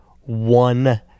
one